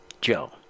Joe